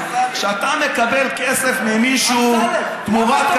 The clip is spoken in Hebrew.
כשאתה מקבל כסף ממישהו תמורת,